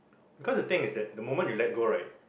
because the thing is that the moment you let go right